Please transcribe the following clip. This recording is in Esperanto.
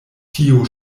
tio